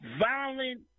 violent